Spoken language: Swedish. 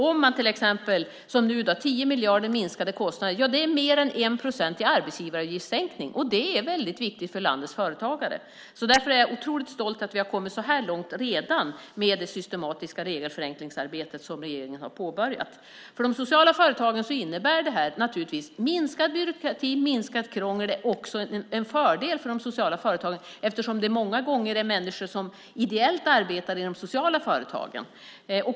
Om det nu innebär 10 miljarder i minskade kostnader motsvarar det mer än 1 procents arbetsgivaravgiftssänkning. Det väldigt viktigt för landets företagare. Jag är stolt över att vi redan har kommit så här långt med det systematiska regelförenklingsarbete som regeringen har påbörjat. För de sociala företagen innebär det naturligtvis minskad byråkrati och minskat krångel. Det är också en fördel för de sociala företagen. Det handlar många gånger om människor som arbetar ideellt inom de sociala företagen.